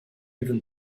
even